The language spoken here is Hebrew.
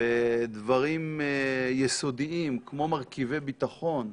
ודברים יסודיים, כמו מרכיבי ביטחון,